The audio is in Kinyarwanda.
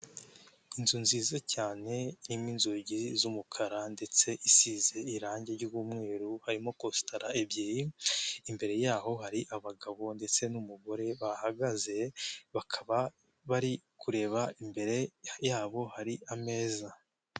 Inzu nziza cyane irimo inzugi z'umukara ndetse isize irangi ry'umweru, harimo kositara ebyiri imbere yaho hari abagabo ndetse n'umugore bahagaze, bakaba bari kureba imbere yabo hari ameza.